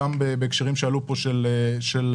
גם בהקשרים שעלו פה של המתחדשות,